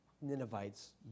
Ninevites